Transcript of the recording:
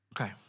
Okay